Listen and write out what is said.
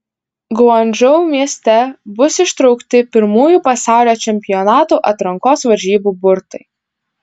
guangdžou mieste bus ištraukti pirmųjų pasaulio čempionato atrankos varžybų burtai